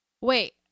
wait